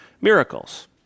miracles